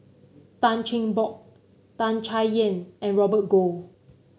Tan Cheng Bock Tan Chay Yan and Robert Goh